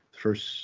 first